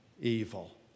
Evil